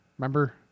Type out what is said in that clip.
remember